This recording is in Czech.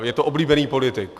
Je to oblíbený politik.